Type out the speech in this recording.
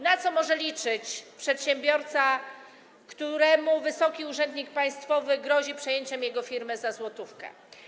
Na co może liczyć przedsiębiorca, któremu wysoki urzędnik państwowy grozi przejęciem jego firmy za złotówkę?